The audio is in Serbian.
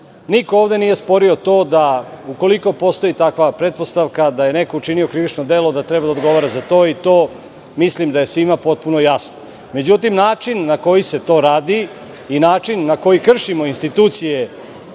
Niko ovde nije sporio to da ukoliko postoji takva pretpostavka da je neko učinio krivično delo, da treba da odgovara za to i to mislim da je svima potpuno jasno.Međutim, način na koji se to radi i način na koji kršimo institucije